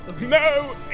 No